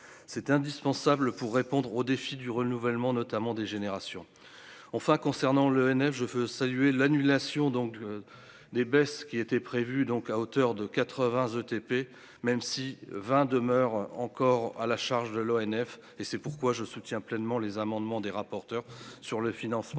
c'est indispensable pour répondre aux défis du renouvellement, notamment des générations enfin concernant l'ONF je veux saluer l'annulation donc des baisses qui étaient prévues, donc à hauteur de 80 ETP, même si vingt demeure encore à la charge de l'ONF et c'est pourquoi je soutiens pleinement les amendement des rapporteurs sur le financement